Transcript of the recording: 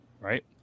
right